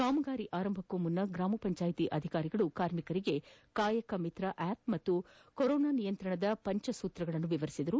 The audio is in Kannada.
ಕಾಮಗಾರಿ ಆರಂಭಕ್ಕೂ ಮುನ್ನ ಗ್ರಾಮ ಪಂಚಾಯಿತಿ ಅಧಿಕಾರಿಗಳು ಕಾರ್ಮಿಕರಿಗೆ ಕಾಯಕ ಮಿತ್ರ ಆಪ್ ಹಾಗೂ ಕೊರೋನಾ ನಿಯಂತ್ರಣದ ಪಂಚ ಸೂತ್ರಗಳನ್ನು ವಿವರಿಸಿದರು